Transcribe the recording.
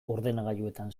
ordenagailuetan